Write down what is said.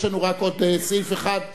יש לנו רק עוד סעיף אחד בסדר-היום: